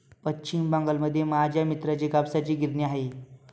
पश्चिम बंगालमध्ये माझ्या मित्राची कापसाची गिरणी आहे